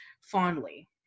fondly